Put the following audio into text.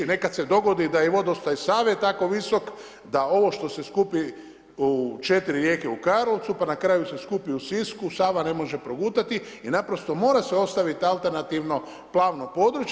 Nekada se dogodi da je i vodostaj Save tako visok da ovo što se skupi u 4 rijeke u Karlovcu, pa na kraju se skupi u Sisku Sava ne može progutati i naprosto mora se napraviti alternativno plavno područje.